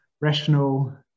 rational